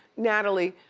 natalie,